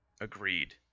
Agreed